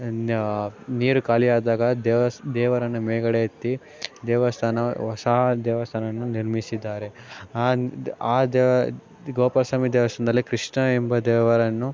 ನ ನೀರು ಖಾಲಿಯಾದಾಗ ದೇವ ದೇವರನ್ನು ಮೇಲುಗಡೆ ಎತ್ತಿ ದೇವಸ್ಥಾನ ಹೊಸ ದೇವಸ್ಥಾನವನ್ನು ನಿರ್ಮಿಸಿದ್ದಾರೆ ಆನ್ ದ ಆದ ದ್ ಗೋಪಾಲ ಸ್ವಾಮಿ ದೇವಸ್ಥಾನದಲ್ಲಿ ಕೃಷ್ಣ ಎಂಬ ದೇವರನ್ನು